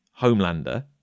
Homelander